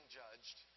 judged